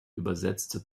übersetzte